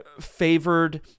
favored